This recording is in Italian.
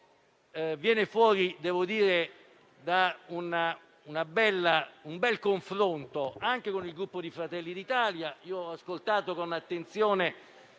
Esso nasce da un bel confronto anche con il Gruppo di Fratelli d'Italia; io ho ascoltato con attenzione